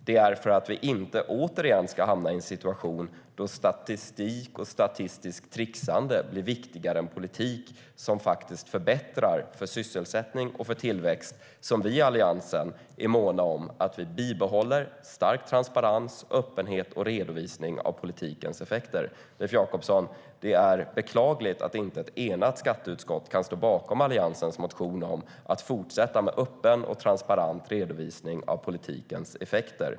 Det är för att vi inte återigen ska hamna i en situation där statistik och statistiskt trixande blir viktigare än politik som faktiskt förbättrar för sysselsättning och tillväxt som vi i Alliansen är måna om att bibehålla stark transparens, öppenhet och redovisning av politikens effekter. Leif Jakobsson! Det är beklagligt att inte ett enat skatteutskott kan stå bakom Alliansens motion om att fortsätta med öppen och transparent redovisning av politikens effekter.